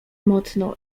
mocno